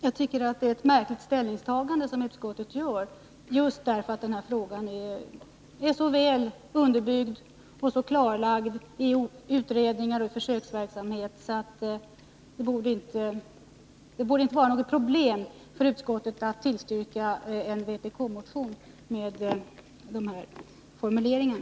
Jag tycker det är ett märkligt ställningstagande som utskottet gör, just därför att den här frågan är så väl underbyggd och klarlagd i utredningar och genom försöksverksamhet att det inte borde vara något problem för utskottet att tillstyrka en vpk-motion med de här förslagen.